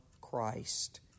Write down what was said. Christ